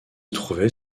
trouvait